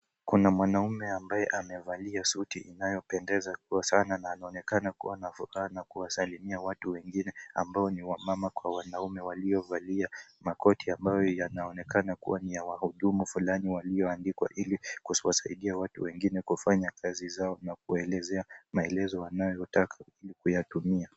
Kuna mwanaume ambaye amevalia suti inayopendeza kwa sana na anaonekana kuwa na furaha na kuwasalimia watu wengine ambao ni wamama kwa wanaume waliovalia makoti ambayo yanaonekana kuwa ni ya wahudumu fulani walioandikwa ili kuwasaidia watu wengine kufanya kazi zao na kuwaelezea maelezo wanayotaka kuyatumia.